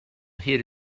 hid